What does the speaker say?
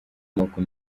moko